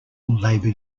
labor